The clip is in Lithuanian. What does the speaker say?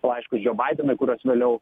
laiškus džio baidenui kuriuos vėliau